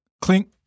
Clink